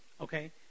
Okay